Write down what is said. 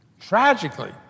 Tragically